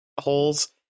holes